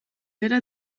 era